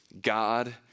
God